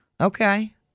Okay